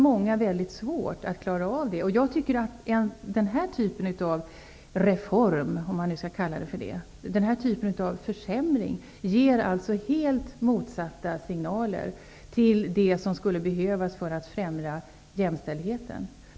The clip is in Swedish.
Många har mycket svårt att klara av det. Jag tycker att den här typen av reformer -- som jag hellre vill kalla försämring -- ger helt motsatta signaler mot dem som skulle behövas för att främja jämställdheten.